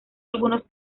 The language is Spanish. algunos